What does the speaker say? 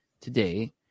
today